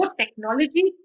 technology